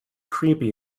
creepy